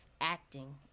acting